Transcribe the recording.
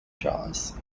jaws